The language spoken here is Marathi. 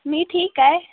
मी ठीक आहे